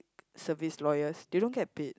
service lawyers they don't get paid